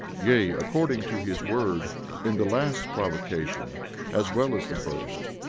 yea, according to his word in the last provocation as well as the first,